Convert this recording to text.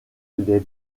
les